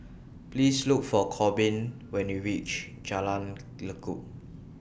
Please Look For Korbin when YOU REACH Jalan Lekub